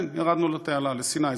כן, ירדנו לתעלה, לסיני.